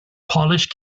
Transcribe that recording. polish